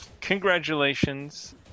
Congratulations